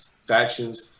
factions